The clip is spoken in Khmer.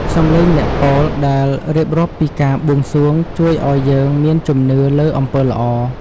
សំឡេងអ្នកពោលដែលរៀបរាប់ពីការបួងសួង ជួយឱ្យយើងមានជំនឿលើអំពើល្អ។